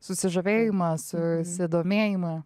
susižavėjimą susidomėjimą